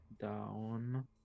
down